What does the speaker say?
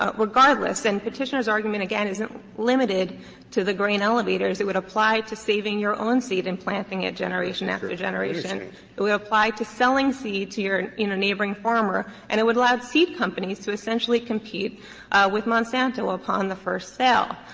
ah regardless. and petitioner's argument again isn't limited to the grain elevators. it would apply to saving your own seed and planting it generation after generation. it would apply to selling seeds to your neighboring farmer, and it would allow seed companies to essentially compete with monsanto upon the first sale.